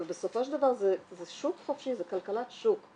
אבל בסופו של דבר זה שוק חופשי, זה כלכלת שוק.